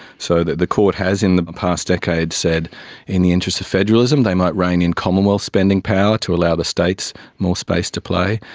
so the the court has in the past decade said in the interests of federalism they might rein in commonwealth spending power to allow the states more space to play,